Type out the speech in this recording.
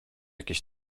jakiś